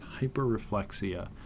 hyperreflexia